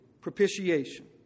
propitiation